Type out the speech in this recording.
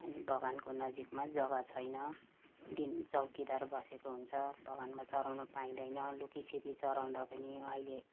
अनि बगानको नजिकमा जगा छैन दिन चौकीदार बसेको हुन्छ बगानमा चराउनु पाइँदैन लुकिछिपी चराउँदा पनि अहिले